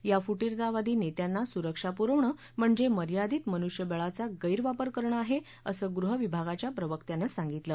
या फुटीेंतावादी नेत्यांना सुरक्षा पुरवणं म्हणजे मर्यादित मनुष्यबळाचा गैरवापर करणं आहे असं गृहविभागाच्या प्रवक्त्यानं सांगितलं